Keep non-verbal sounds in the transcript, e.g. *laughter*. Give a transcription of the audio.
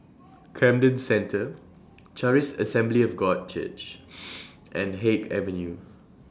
*noise* Camden Centre Charis Assembly of God Church *noise* and Haig Avenue